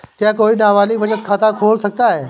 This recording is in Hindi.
क्या कोई नाबालिग बचत खाता खोल सकता है?